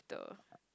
the